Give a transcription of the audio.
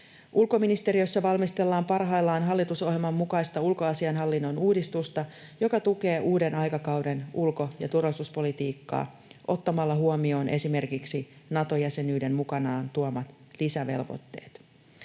Ulkoministeriössä valmistellaan parhaillaan hallitusohjelman mukaista ulkoasiainhallinnon uudistusta, joka tukee uuden aikakauden ulko- ja turvallisuuspolitiikkaa ottamalla huomioon esimerkiksi Nato-jäsenyyden mukanaan tuomat lisävelvoitteet.